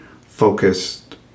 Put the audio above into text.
focused